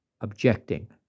objecting